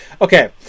Okay